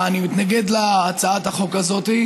אני מתנגד להצעת החוק הזאת,